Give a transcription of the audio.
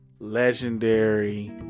Legendary